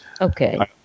Okay